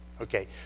Okay